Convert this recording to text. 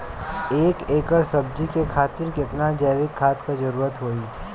एक एकड़ सब्जी के खेती खातिर कितना जैविक खाद के जरूरत होई?